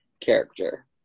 character